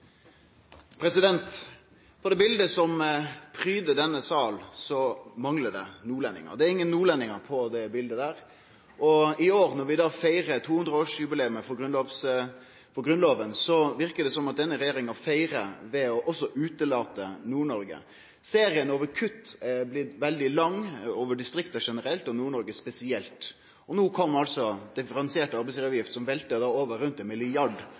ingen nordlendingar på det bildet. I år, når vi feirar 200-årsjubileet for Grunnloven, verkar det som om denne regjeringa feirar med òg å utelate Nord-Noreg. Serien over kutt er blitt veldig lang for distrikta generelt og Nord-Noreg spesielt, og no kom altså differensiert arbeidsgivaravgift, som veltar rundt ein milliard kroner over på nordnorske bedrifter. NHO fortel at rundt